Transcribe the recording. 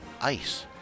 ice